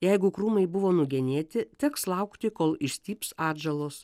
jeigu krūmai buvo nugenėti teks laukti kol išstyps atžalos